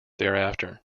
thereafter